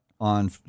on